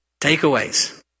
Takeaways